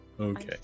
Okay